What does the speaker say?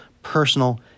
personal